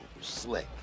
Slick